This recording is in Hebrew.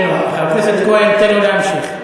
חבר הכנסת כהן, תן לו להמשיך.